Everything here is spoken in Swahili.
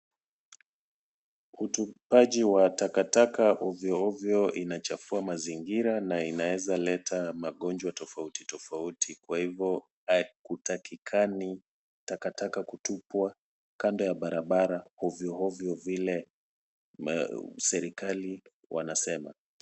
Utupaji wa takataka ovyo ovyo inachafua mazingira na inaweza leta magonjwa tofauti tofauti. Kwa hivo hakutakikani takataka kutupwa kando ya barabara ovyo ovyo vile serikali wanasema.